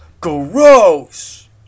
Gross